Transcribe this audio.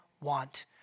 want